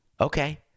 okay